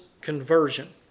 conversion